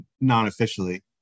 non-officially